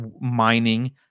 mining